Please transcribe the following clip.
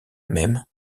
même